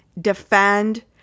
defend